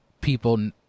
people –